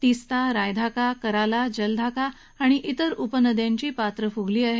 तीस्ता रायधाका कराला जलधाका आणि इतर उपनद्यांची पात्रं फुगली आहेत